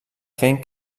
fent